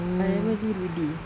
I only know rudy